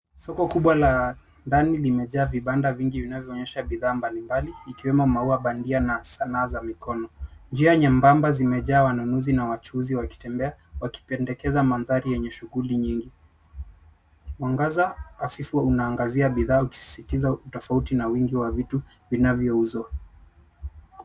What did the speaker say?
Soko kubwa la ndani limejaa vibanda vingi vinavyoonyesha bidhaa mbalimbali ikiwemo maua bandia na sanaa za mikono. Njia nyembamba zimejaa wanunuzi na wajuuzi wakitembea, wakipendekeza mandhari yenye shughuli nyingi. Mwangaza hafifu unaangazia bidhaa ukizizitisha utofauti na wingi vitu vinavyouzwa.